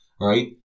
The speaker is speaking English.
right